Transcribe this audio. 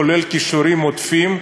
כולל כישורים עודפים,